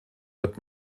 wird